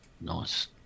Nice